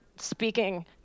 speaking